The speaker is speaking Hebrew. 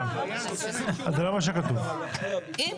זה לא מה שכתוב, מעין.